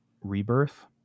Rebirth